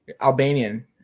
Albanian